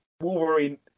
Wolverine